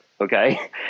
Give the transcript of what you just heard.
Okay